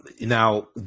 Now